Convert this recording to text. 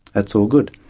that's all good.